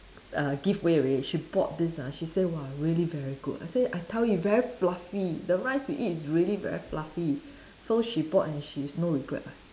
uh give away already she bought this ah she say !wah! really very good I say I tell you very fluffy the rice you eat is really very fluffy so she bought and she's no regret ah